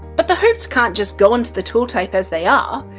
but the hoops can't just go onto the twill tape as they are.